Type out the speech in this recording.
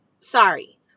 Sorry